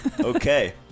Okay